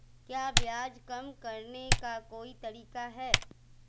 क्या ब्याज कम करने का कोई तरीका है?